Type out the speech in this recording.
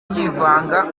yivanga